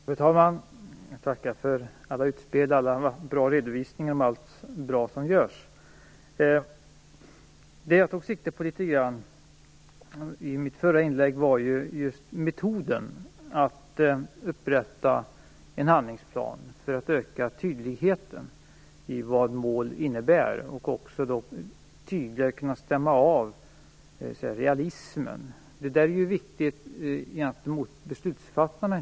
Fru talman! Jag tackar för alla utspel och alla goda redovisningar om allt bra som görs. Vad jag litet grand tog sikte på i mitt förra inlägg gällde just metoden för att upprätta en handlingsplan för att öka tydligheten i vad detta med mål innebär och för att tydligare kunna stämma av realismen här. Det är viktigt, inte minst gentemot beslutsfattarna.